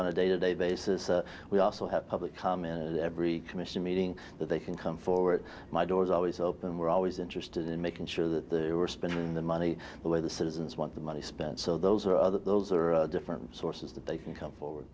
on a day to day basis we also have public come in every commission meeting that they can come forward my door is always open we're always interested in making sure that we're spending the money the way the citizens want the money spent so those are those that are different sources that they can come forward